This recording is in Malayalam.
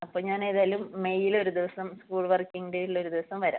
അപ്പോൾ ഞാൻ ഏതായാലും മെയ്യിൽ ഒരു ദിവസം സ്കൂൾ വർക്കിംഗ് ഡേയിൽ ഒരു ദിവസം വരാം